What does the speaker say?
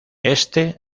este